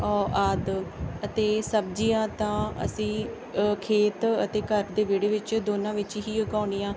ਔ ਆਦਿ ਅਤੇ ਸਬਜ਼ੀਆਂ ਤਾਂ ਅਸੀਂ ਖੇਤ ਅਤੇ ਘਰ ਦੇ ਵਿਹੜੇ ਵਿੱਚ ਦੋਨਾਂ ਵਿੱਚ ਹੀ ਉਗਾਉਂਦੇ ਹਾਂ